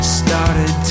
started